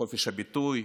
חופש הביטוי,